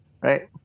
right